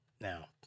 Now